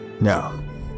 no